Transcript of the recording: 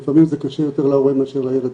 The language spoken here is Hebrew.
לפעמים זה קשה יותר להורה מאשר לילד,